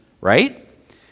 right